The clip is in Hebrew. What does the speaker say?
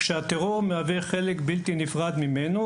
כשהטרור מהווה חלק בלתי נפרד ממנו,